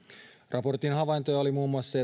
raportin havaintoja oli muun muassa